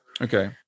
Okay